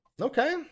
okay